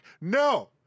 no